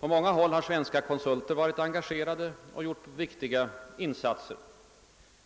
På många håll har svenska konsulter varit engagerade och gjort viktiga insatser.